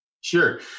Sure